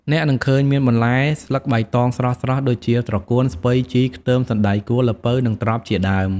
អ្នកនឹងឃើញមានបន្លែស្លឹកបៃតងស្រស់ៗ ដូចជា ត្រកួន ស្ពៃ ជី ខ្ទឹម សណ្ដែកគួ ល្ពៅ និងត្រប់ ជាដើម។